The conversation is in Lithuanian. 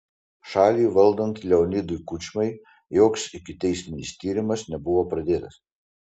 šalį valdant leonidui kučmai joks ikiteisminis tyrimas nebuvo pradėtas